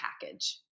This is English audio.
package